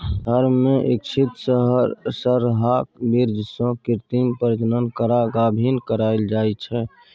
firm मे इच्छित सरहाक बीर्य सँ कृत्रिम प्रजनन करा गाभिन कराएल जाइ छै